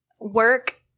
work